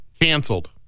Canceled